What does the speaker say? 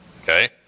Okay